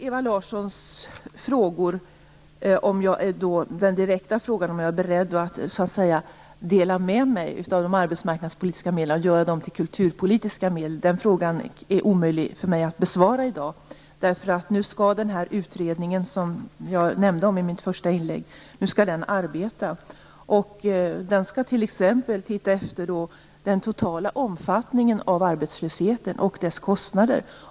Ewa Larsson frågade om jag är beredd att "dela med mig" av de arbetsmarknadspolitiska medlen och göra dem till kulturpolitiska medel. Den frågan är omöjlig för mig att besvara i dag. Nu skall utredningen jag nämnde i mitt första inlägg arbeta. Den skall t.ex. se vilken den totala omfattningen av arbetslösheten är och vilka kostnaderna är.